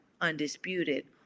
undisputed